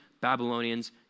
Babylonians